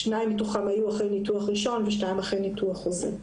שניים מתוכם היו אחרי ניתוח ראשון ושניים אחרי ניתוח חוזר.